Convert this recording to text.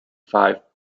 five